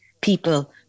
people